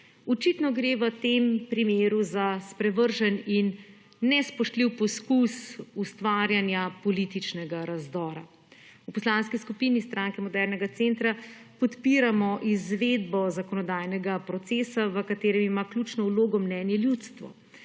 Očitno gre v tem primeru za sprevržen in nespoštljiv poskus ustvarjanja političnega razdora. V Poslanski skupini Stranke modernega centra podpiramo izvedbo zakonodajnega procesa v katerem ima ključno vlogo mnenje ljudstvo.